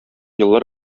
еллар